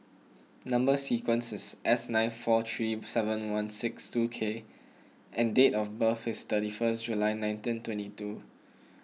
Number Sequence is S nine four three seven one six two K and date of birth is thirty first July nineteen twenty two